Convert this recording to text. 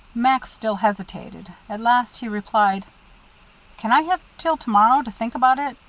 max still hesitated. at last he replied can i have till to-morrow to think about it?